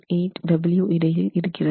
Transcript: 18 wp இடையில் இருக்கிறது